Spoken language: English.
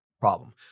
problem